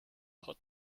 hot